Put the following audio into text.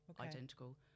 identical